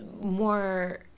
more